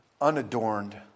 unadorned